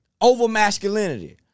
Over-masculinity